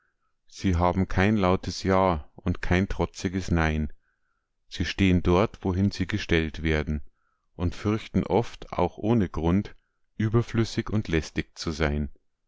sie haben kein lautes ja und kein trotziges nein sie stehen dort wohin sie gestellt werden und fürchten oft auch ohne grund überflüssig und lästig zu sein